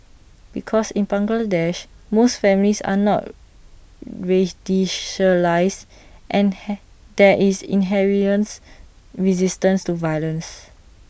because in Bangladesh most families are not radicalised and he there is inherent resistance to violence